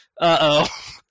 uh-oh